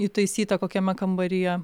įtaisyta kokiame kambaryje